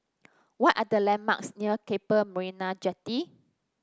what are the landmarks near Keppel Marina Jetty